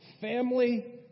family